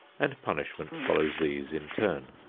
and punishment follows these in turn.